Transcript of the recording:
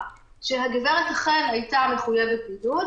אכן הייתה מחויבת בידוד,